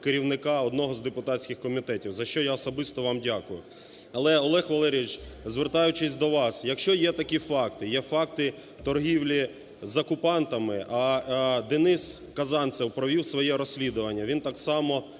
керівника одного з депутатських комітетів, за що особисто я вам дякую. Але, Олег Валерійович, звертаючись до вас, якщо є такі факти, є факти торгівлі з окупантами, а ДенисКазанцев провів своє розслідування, він так само